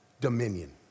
dominion